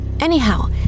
Anyhow